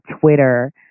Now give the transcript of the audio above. Twitter